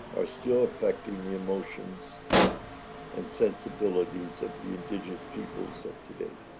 are still affecting the emotions and sensibilities of the indigenous peoples of today.